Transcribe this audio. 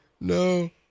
no